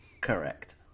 Correct